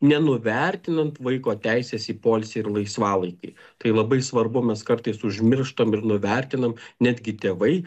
nenuvertinant vaiko teisės į poilsį ir laisvalaikį tai labai svarbu mes kartais užmirštam ir nuvertinam netgi tėvai